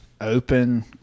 open